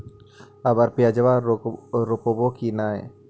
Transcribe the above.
अबर प्याज रोप्बो की नय?